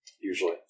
Usually